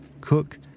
Cook